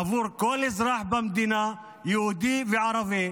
עבור כל אזרח במדינה, יהודי וערבי,